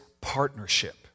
partnership